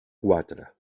quatre